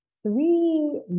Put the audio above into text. Three